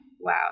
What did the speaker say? Wow